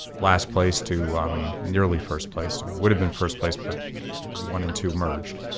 last place to nearly first place. would have been first place, but one and two merged.